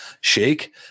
Shake